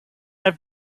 have